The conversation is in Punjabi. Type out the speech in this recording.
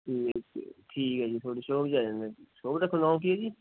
ਠੀਕ ਹੈ ਠੀਕ ਹੈ ਜੀ ਤੁਹਾਡੀ ਸ਼ੋਪ 'ਚ ਆ ਜਾਂਦੇ ਸ਼ੋਪ ਦਾ ਕ ਨਾਂ ਕੀ ਹੈ ਜੀ